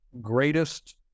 greatest